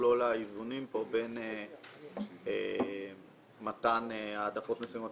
מכלול האיזונים פה בין מתן העדפות מסוימות